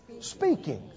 Speaking